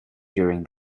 during